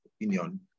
opinion